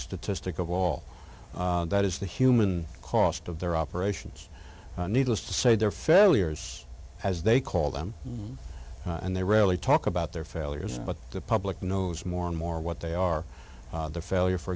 statistic of all that is the human cost of their operations needless to say their failures as they call them and they rarely talk about their failures but the public knows more and more what they are the failure for